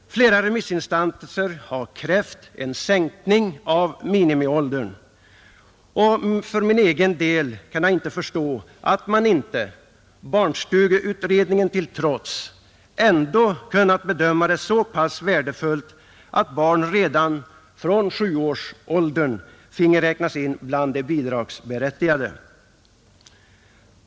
Flera remissinstanser har krävt en sänkning av minimiåldern, och för min egen del kan jag inte förstå att man inte, barnstugeutredningen till trots, ändå kunnat bedöma det så pass värdefullt att barn redan från 7-årsåldern finge räknas in bland de bidragsberättigade.